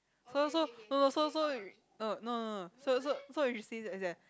so so no no so so uh no no no no so so so you as in